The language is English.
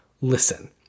listen